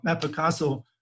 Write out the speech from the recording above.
Picasso